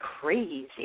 crazy